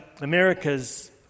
America's